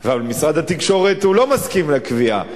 אבל משרד התקשורת לא מסכים לקביעה.